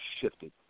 shifted